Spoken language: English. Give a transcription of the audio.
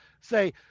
say